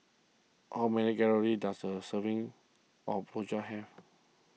how many calories does a serving of Rojak have